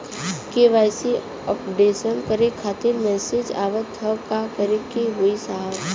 KYC updation करें खातिर message आवत ह का करे के होई साहब?